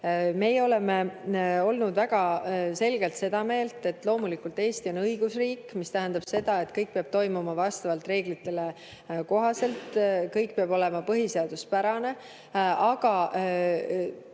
Meie oleme olnud väga selgelt seda meelt, et loomulikult Eesti on õigusriik, mis tähendab seda, et kõik peab toimuma vastavalt reeglitele, kõik peab olema põhiseaduspärane. Aga